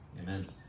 amen